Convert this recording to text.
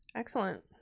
Excellent